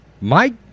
Mike